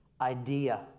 idea